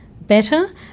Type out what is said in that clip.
better